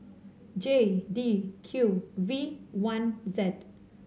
J D Q V one Z